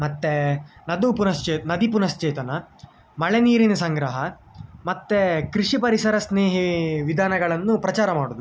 ಮತ್ತೆ ನದಿ ಪುನಶ್ಚೇತ ನದಿ ಪುನಶ್ಚೇತನ ಮಳೆ ನೀರಿನ ಸಂಗ್ರಹ ಮತ್ತು ಕೃಷಿ ಪರಿಸರ ಸ್ನೇಹಿ ವಿಧಾನಗಳನ್ನು ಪ್ರಚಾರ ಮಾಡುವುದು